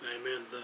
Amen